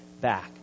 back